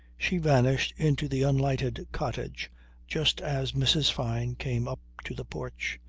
she vanished into the unlighted cottage just as mrs. fyne came up to the porch.